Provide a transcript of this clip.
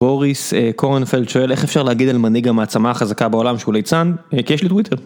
בוריס קורנפלד שואל איך אפשר להגיד על מנהיג המעצמה החזקה בעולם שהוא ליצן - אה, כי יש לי טוויטר.